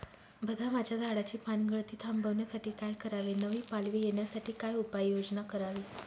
बदामाच्या झाडाची पानगळती थांबवण्यासाठी काय करावे? नवी पालवी येण्यासाठी काय उपाययोजना करावी?